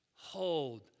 hold